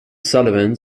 sullivan